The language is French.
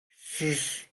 six